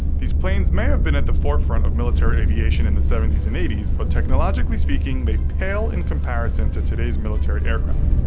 these planes may have been at the forefront of military aviation in the seventy s and eighty s, but technologically speaking, they pale in comparison to today's military aircraft.